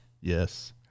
Yes